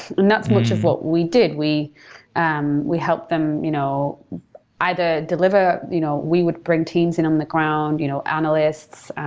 not so much of what we did. we um we helped them you know either deliver you know we would bring teams in um the ground you know analysts,